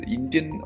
Indian